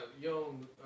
young